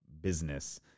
business